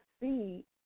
see